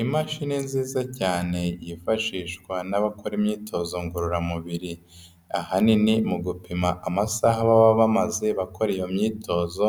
Imashini nziza cyane yifashishwa n'abakora imyitozo ngororamubiri, ahanini mu gupima amasaha baba bamaze bakora iyo myitozo